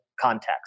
context